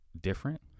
different